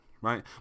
right